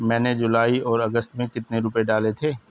मैंने जुलाई और अगस्त में कितने रुपये डाले थे?